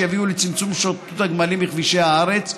שיביאו לצמצום שוטטות הגמלים בכבישי הארץ.